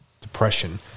depression